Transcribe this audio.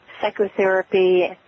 psychotherapy